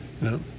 No